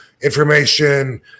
information